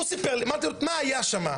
הוא סיפר לי, שאלתי אותו מה היה שם,